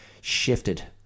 shifted